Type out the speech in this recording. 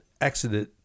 exited